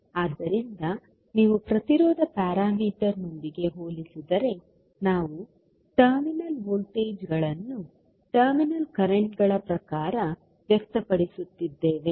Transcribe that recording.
ಆದ್ದರಿಂದ ನೀವು ಪ್ರತಿರೋಧ ಪ್ಯಾರಾಮೀಟರ್ ನೊಂದಿಗೆ ಹೋಲಿಸಿದರೆ ನಾವು ಟರ್ಮಿನಲ್ ವೋಲ್ಟೇಜ್ಗಳನ್ನು ಟರ್ಮಿನಲ್ ಕರೆಂಟ್ಗಳ ಪ್ರಕಾರ ವ್ಯಕ್ತಪಡಿಸುತ್ತಿದ್ದೇವೆ